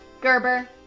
Gerber